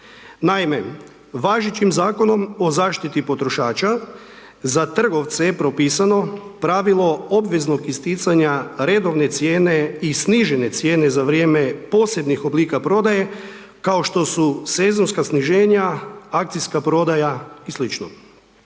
Naime, važećim Zakonom o zaštiti potrošača, za trgovce je propisano, pravilo obveznog isticanja redovne cijene i snižene cijene za vrijeme posebnih oblika prodaje, kao što su sezonska sniženja, akcijska prodaja i